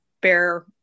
bear